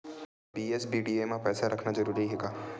BSBDA मा पईसा रखना जरूरी हे का?